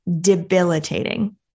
debilitating